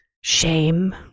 Shame